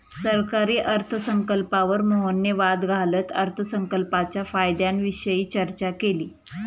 सरकारी अर्थसंकल्पावर मोहनने वाद घालत अर्थसंकल्पाच्या फायद्यांविषयी चर्चा केली